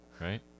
Right